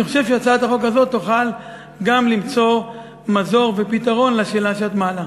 אני חושב שבהצעת החוק הזאת נוכל גם למצוא מזור ופתרון לשאלה שאת מעלה.